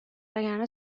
وگرنه